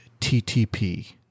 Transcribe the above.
TTP